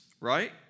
right